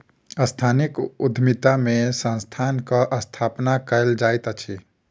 सांस्थानिक उद्यमिता में संस्थानक स्थापना कयल जाइत अछि